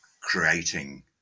creating